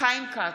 חיים כץ,